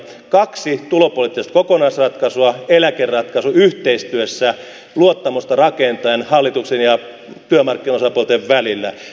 kaksi tulopoliittista kokonaisratkaisua eläkeratkaisu yhteistyössä rakentaen luottamusta hallituksen ja työmarkkinaosapuolten välillä